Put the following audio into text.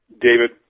David